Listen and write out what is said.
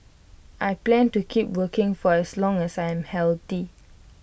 I plan to keep working for as long as I am healthy